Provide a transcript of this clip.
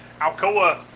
Alcoa